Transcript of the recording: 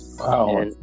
Wow